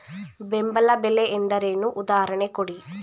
ಬೆಂಬಲ ಬೆಲೆ ಎಂದರೇನು, ಉದಾಹರಣೆ ಕೊಡಿ?